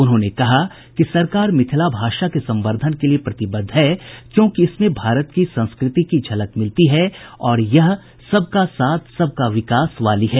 उन्होंने कहा कि सरकार मिथिला भाषा के संवर्द्धन के लिए प्रतिबद्ध है क्योंकि इसमें भारत की संस्कृति की झलक मिलती है और यह सबका साथ सबका विकास वाली है